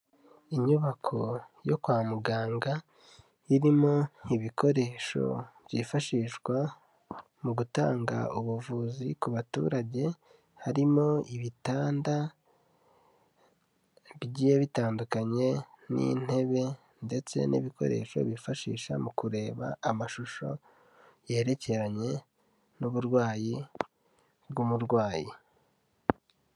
Inyubako yo kwa muganga, irimo ibikoresho byifashishwa mu gutanga ubuvuzi ku baturage, harimo ibitanda bigiye bitandukanye n'intebe ndetse n'ibikoresho bifashisha mu kureba amashusho yerekeranye n'uburwayi bw'umurwayi.